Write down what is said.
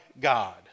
God